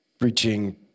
reaching